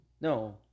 no